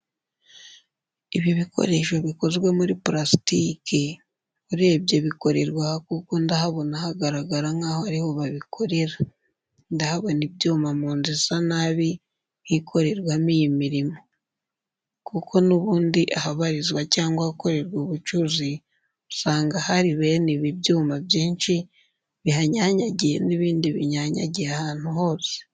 Ibi bikoresho bikozwe muri purasitike, urebye bikorerwa aha kuko ndahabona hagaragara nkaho ariho babikorera. Ndahabona ibyuma mu nzu isa nabi nk'ikorerwamo iyi mirimo. kuko n'ubundi ahabarizwa cyangwa ahakorerwa ubucuzi usanga hari bene ibi byuma byinshi bihanyanyagiye n'ibindi binyanyagiye ahantu hose.